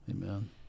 Amen